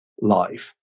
life